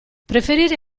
preferire